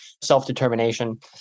self-determination